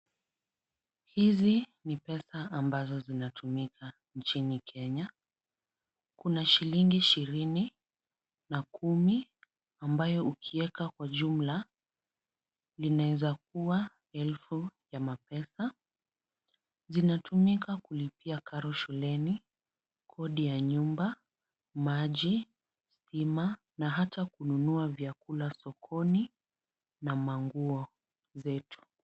Hizi ni pesa ambazo zinatumika nchini Kenya. Kuna shilingi ishirini na kumi ambayo ukieka kwa jumla inaeza kuwa elfu ya mapesa. Zinatumika kulipia karo shuleni, kodi ya nyumba, maji, bima na hata kununua vyakula sokoni na manguo zetu.